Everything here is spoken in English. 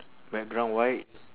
background white